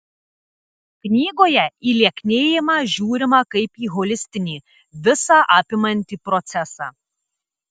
knygoje į lieknėjimą žiūrima kaip į holistinį visą apimantį procesą